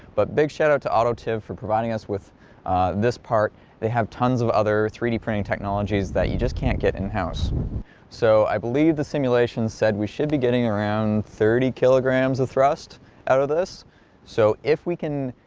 but big shout-out to auditive for providing us with this part they have tons of other three d printing technologies that you just can't get in-house so i believe the simulations said we should be getting around thirty kilograms of thrust out of this so if we can